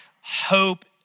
hope